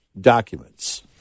documents